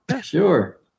Sure